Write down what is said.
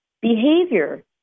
behavior